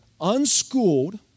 unschooled